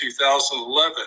2011